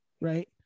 right